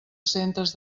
centres